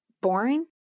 boring